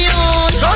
on